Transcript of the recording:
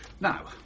Now